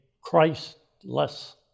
Christless